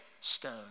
stone